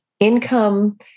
Income